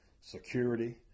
security